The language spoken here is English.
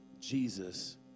Jesus